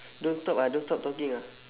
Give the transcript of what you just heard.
don't stop ah don't stop talking ah